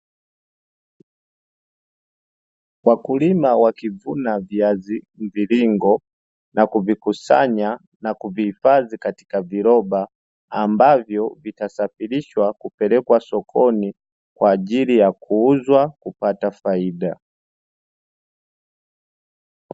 Wakulima wakivuna viazi mviringo na kuvikusanya na kuvihifadhi kwenye viroba, ambavyo vitasafirishwa kupelekwa sokoni kwa ajili ya kuuzwa kupata faida.